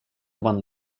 one